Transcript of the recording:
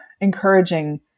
encouraging